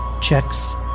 Checks